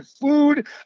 food